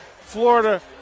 Florida